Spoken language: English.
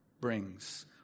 brings